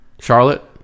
Charlotte